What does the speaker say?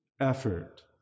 effort